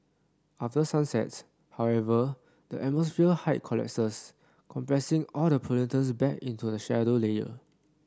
after sunsets however the atmosphere height collapses compressing all the pollutants back into the shallow layer